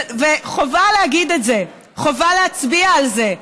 חובה להגיד את זה, חובה להצביע על זה.